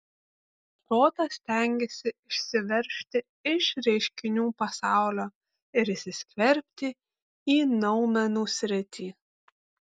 protas stengiasi išsiveržti iš reiškinių pasaulio ir įsiskverbti į noumenų sritį